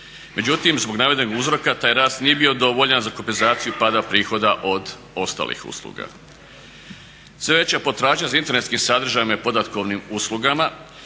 Međutim, zbog navedenog uzroka taj rast nije bio dovoljan za kompenzaciju pada prihoda od ostalih usluga. Sve veća potražnja za internetskim sadržajima i podatkovnim uslugama